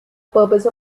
purpose